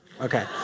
Okay